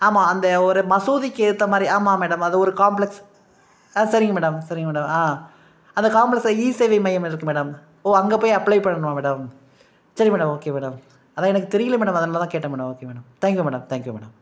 ஆமாம் அந்த ஒரு மசூதிக்கு எதுத்த மாதிரி ஆமாம் மேடம் அது ஒரு காம்ப்ளக்ஸ் ஆ சரிங்க மேடம் சரிங்க மேடம் ஆ அந்த காம்ப்ளக்ஸில் இ சேவை மையம் இருக்கு மேடம் ஓ அங்கே போய் அப்ளை பண்ணணுமா மேடம் சரி மேடம் ஓகே மேடம் அதான் எனக்கு தெரியல மேடம் அதனால் தான் கேட்டேன் madam okay madam thank you madam thank you madam